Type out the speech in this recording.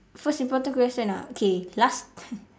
first important question ah okay last